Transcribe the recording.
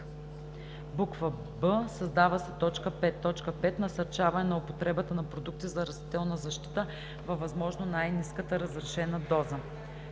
б) създава се т. 5: „5. насърчаване на употребата на продукти за растителна защита във възможно най-ниската разрешена доза.“